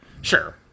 Sure